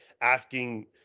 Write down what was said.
asking